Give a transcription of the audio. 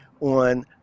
on